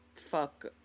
fuck